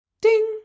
ding